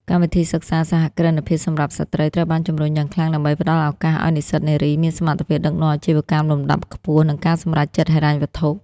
កម្មវិធីសិក្សា "សហគ្រិនភាពសម្រាប់ស្ត្រី" ត្រូវបានជម្រុញយ៉ាងខ្លាំងដើម្បីផ្ដល់ឱកាសឱ្យនិស្សិតនារីមានសមត្ថភាពដឹកនាំអាជីវកម្មលំដាប់ខ្ពស់ និងការសម្រេចចិត្តហិរញ្ញវត្ថុ។